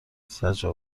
زجر